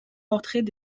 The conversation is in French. portraits